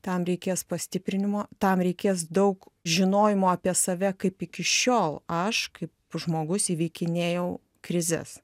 tam reikės pastiprinimo tam reikės daug žinojimo apie save kaip iki šiol aš kaip žmogus įveikinėjau krizes